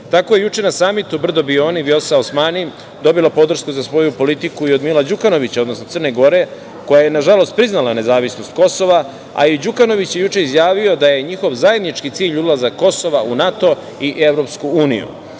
je juče na Samitu Brdo-Brioni Vljosa Osmani dobila podršku za svoju politiku i od Mila Đukanovića, odnosno Crne Gore koja je nažalost priznala nezavisnost Kosova, a i Đukanović je juče izjavio da je njihov zajednički cilj ulazak Kosova u NATO i EU.Sa druge